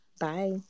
Bye